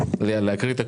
היום יום שני,